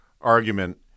argument